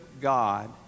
God